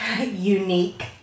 unique